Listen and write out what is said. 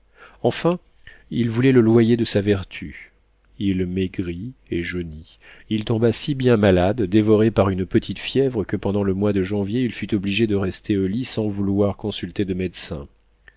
enfin il voulait le loyer de sa vertu il maigrit et jaunit il tomba si bien malade dévoré par une petite fièvre que pendant le mois de janvier il fut obligé de rester au lit sans vouloir consulter de médecin